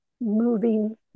moving